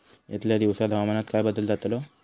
यतल्या दिवसात हवामानात काय बदल जातलो?